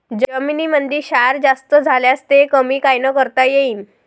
जमीनीमंदी क्षार जास्त झाल्यास ते कमी कायनं करता येईन?